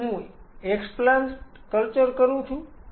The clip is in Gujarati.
શું હું એક્સપ્લાન્ટ કલ્ચર કરું છું